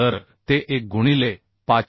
तर ते 1 गुणिले 554